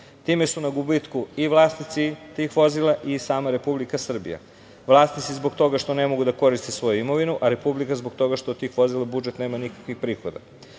Time su na gubitku i vlasnici tih vozila i sama Republika Srbija. Vlasnici zbog toga što ne mogu da koriste svoju imovinu, a Republika zbog toga što od tih vozila budžet nema nikakvih prihoda. Ukoliko